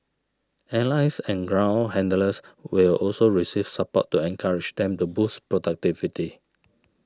airlines and ground handlers will also receive support to encourage them to boost productivity